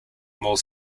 mule